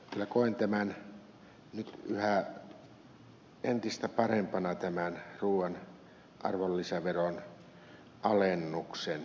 koen kyllä nyt entistä parempana tämän ruuan arvonlisäveron alennuksen